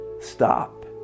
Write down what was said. stop